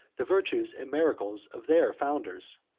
the virtues and miracles of their founders.